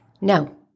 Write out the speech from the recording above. No